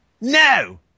No